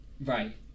Right